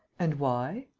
and why?